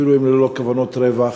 אפילו אם הם ללא כוונות רווח,